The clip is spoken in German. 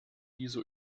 dieser